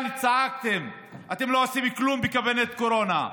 צעקתם כאן: אתם לא עושים כלום בכוונת קורונה,